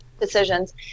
decisions